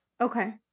Okay